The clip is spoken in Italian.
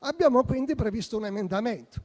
Abbiamo pertanto previsto un emendamento